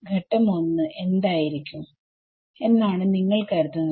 ഘട്ടം ഒന്ന് എന്തായിരിക്കും എന്നാണ് നിങ്ങൾ കരുതുന്നത്